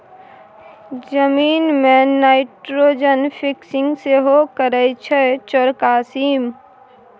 जमीन मे nitrogen fixing सेहो करय छै चौरका सीम